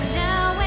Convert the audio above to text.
now